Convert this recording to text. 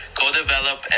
Co-develop